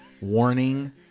warning